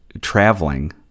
traveling